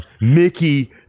Mickey